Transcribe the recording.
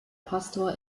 pastor